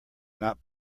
not